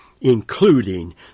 including